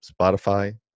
Spotify